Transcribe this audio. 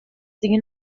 دیگه